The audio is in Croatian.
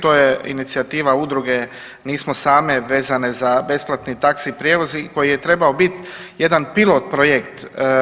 To je inicijativa udruge „Nismo same“ vezano za besplatni taxi prijevozi koji je trebao biti jedan pilot projekt.